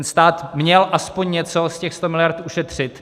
Stát měl aspoň něco z těch 100 miliard ušetřit.